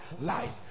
Lies